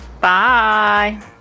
Bye